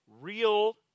Real